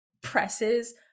presses